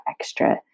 extra